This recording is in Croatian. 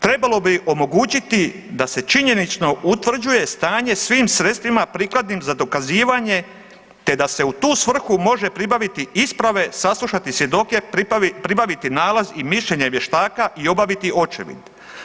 Trebalo bi omogućiti da se činjenično utvrđuje stanje svim sredstvima prikladnim za dokazivanje te da se u tu svrhu može pribaviti isprave, saslušati svjedoke, pribaviti nalaz i mišljenje vještaka i obaviti očevid.